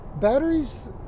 batteries